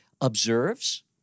observes